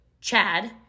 Chad